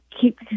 keep